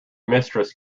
mistress